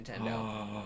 Nintendo